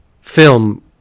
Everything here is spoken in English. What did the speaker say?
film